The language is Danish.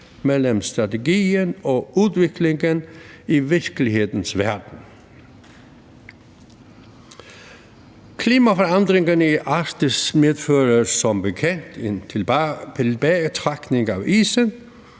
mellem strategien og udviklingen i virkelighedens verden. Klimaforandringerne i Arktis medfører som bekendt en tilbagetrækning af isen,